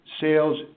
sales